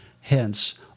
Hence